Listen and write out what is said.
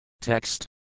Text